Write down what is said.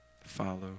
follow